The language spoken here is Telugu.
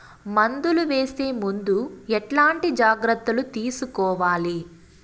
మందులు వేసే ముందు ఎట్లాంటి జాగ్రత్తలు తీసుకోవాలి?